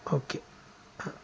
okay हा